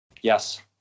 Yes